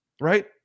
right